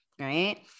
Right